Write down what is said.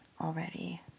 already